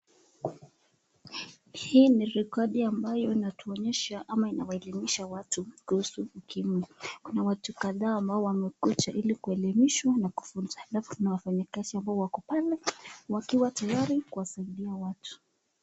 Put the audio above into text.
Hii ni rekodi ambayo inatuonyesha ama inaelimisha watu kuhusu UKIMWI, kuna watu kadhaa ambao wamekuja ili kuelimishwa na kufunzwa alafu kuna wafanyi kazi ambao wako pale wakiwa tayari kuwasaidia watu.